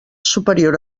superior